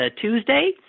Tuesday